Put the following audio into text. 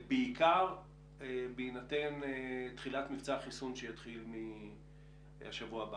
בעיקר בהינתן תחילת מבצע החיסון שיתחיל משבוע הבא,